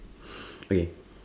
wait